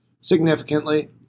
Significantly